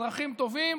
אזרחים טובים,